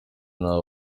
nta